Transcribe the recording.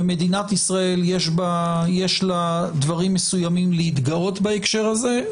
במדינת ישראל יש דברים מסוימים להתגאות בהקשר הזה,